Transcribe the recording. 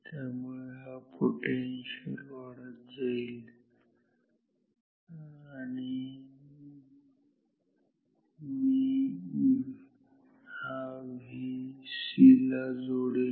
त्यामुळे हा पोटेन्शिअल वाढत जाईल आणि हा मी Vc ला जोडेल